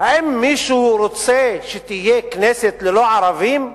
האם מישהו רוצה שתהיה כנסת ללא ערבים?